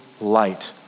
light